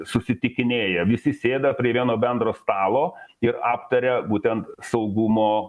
susitikinėja visi sėda prie vieno bendro stalo ir aptaria būtent saugumo